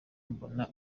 mbona